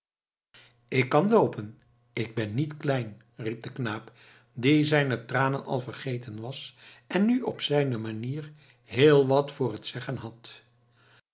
ik kan loopen ik ben niet klein riep de knaap die zijne tranen al vergeten was en nu op zijne manier heel wat voor het zeggen had